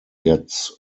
gets